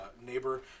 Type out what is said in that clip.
neighbor